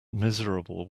miserable